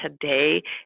today